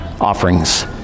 offerings